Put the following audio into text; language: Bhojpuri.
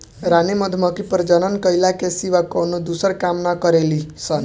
रानी मधुमक्खी प्रजनन कईला के सिवा कवनो दूसर काम ना करेली सन